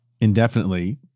indefinitely